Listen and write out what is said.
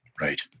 Right